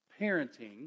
parenting